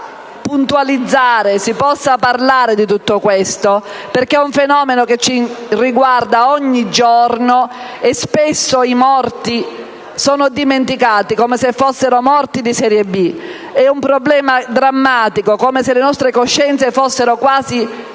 dell'Unione europea si possa parlare di tutto questo, perché è un fenomeno che ci riguarda ogni giorno. Spesso i morti sono dimenticati come si fossero morti di serie B. È un problema drammatico, come se le nostre coscienze fossero quasi prese